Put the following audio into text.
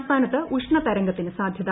സംസ്ഥാനത്ത് ഉഷ്ണ തരംഗത്തിന് സാധൃത